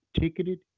ticketed